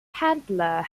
handler